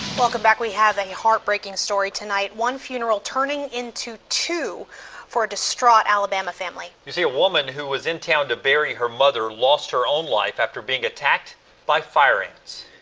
welcome back. we have a heartbreaking story tonight, one funeral turning into two for a distraught alabama family. you see, a woman who was in town to bury her mother lost her own life after being attacked by fire ants.